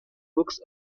books